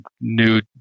new